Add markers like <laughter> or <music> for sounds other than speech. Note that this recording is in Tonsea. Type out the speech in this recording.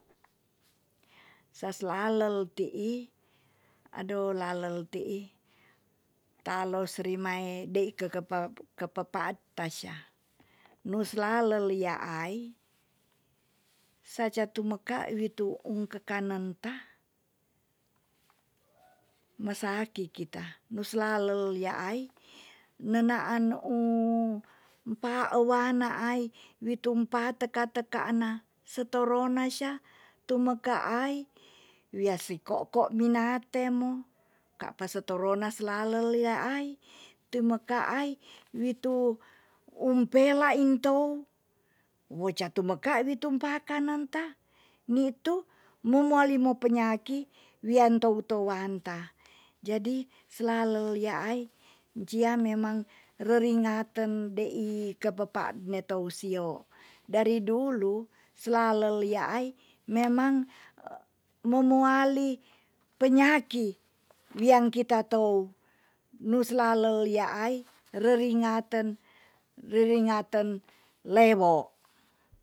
Sa slalel ti'i ado lalel ti'i. talos rimai dei kekepel kepe paat ta sya. nu slalel yaai saca tumeka witu un kekanen ta mesaki kita. nu slalel yaai nenaan <hesitation> pa ewana ai witum pa teka tekaan na setoro na sya, tu mekai wia si ko'ko winate mo kapa se toro na slalel yaai tume kai witu um pela intou, wo ca tumeka ni tum pakanen ta ni tu memuali mo penyaki wian tou touan ta. jadi slalel yaai cia memang reringaten dei kepe paat me tou siow. jadi dari dulu slalel yaai memang momoali penyaki wian kita tou nu slalel yaai reringaten- reringaten lewo.